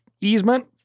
easement